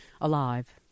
alive